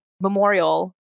memorial